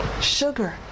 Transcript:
Sugar